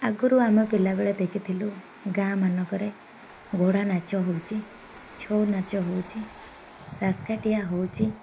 ଆଗରୁ ଆମେ ପିଲାବେଳେ ଦେଖିଥିଲୁ ଗାଁ ମାନଙ୍କରେ ଘୋଡ଼ାନାଚ ହେଉଛି ଛଉନାଚ ହେଉଛି ଦାସକାଠିଆ ହେଉଛି